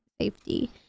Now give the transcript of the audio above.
safety